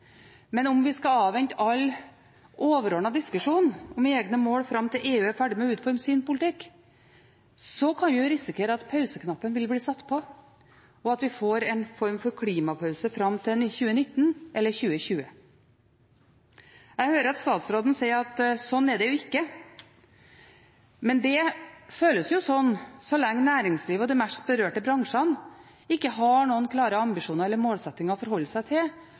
men om vi skal avvente all overordnet diskusjon om egne mål fram til EU er ferdig med å utforme sin politikk, kan vi risikere at pauseknappen vil bli satt på, og at vi får en form for klimapause fram til 2019 eller 2020. Jeg hører at statsråden sier at slik er det ikke, men det føles slik så lenge næringslivet og de mest berørte bransjene ikke har noen klare ambisjoner eller målsettinger å forholde seg til,